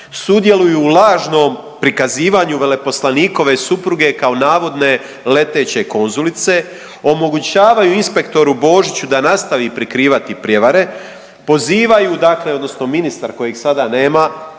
Sudjeluju u lažnom prikazivanju veleposlanikove supruge kao navodne leteće konzulice. Omogućavaju inspektoru Božiću da nastavi prikrivati prijevare. Pozivaju dakle odnosno ministar kojeg sada nema